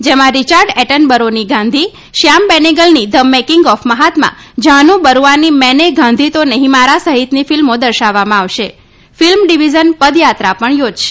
જેમાં રિચાર્ડ એટનબરોની ગાંધી શ્યામ બેનેગલની the making of Mahatma Jahnu બરૂઆની મેને ગાંધી તો નહીં મારા સહિતની ફિલ્મો દર્શાવવામાં આવશે ફિલ્મ ડિવિઝન પદયાત્રા પણ યોજશે